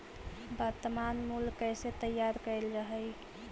वर्तनमान मूल्य कइसे तैयार कैल जा हइ?